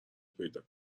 پیدا